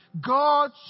God